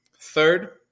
Third